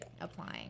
applying